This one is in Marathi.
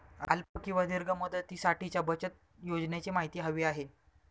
अल्प किंवा दीर्घ मुदतीसाठीच्या बचत योजनेची माहिती हवी आहे